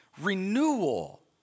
renewal